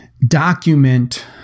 document